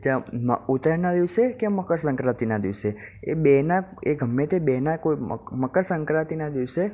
ત્યાં ઉત્તરાયણના દિવસે કે મકરસંક્રાંતિના દિવસે એ બેનાં એ ગમે તે બેનાં કોઈ કોઈ મકરસંક્રાંતિના દિવસે